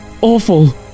awful